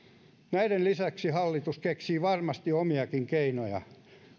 näiden lisäksi hallitus keksii varmasti omiakin keinoja